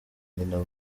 nyina